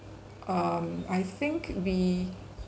um I think we